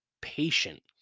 Patient